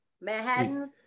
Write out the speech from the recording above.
Manhattan's